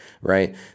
right